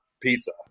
pizza